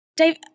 Dave